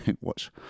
watch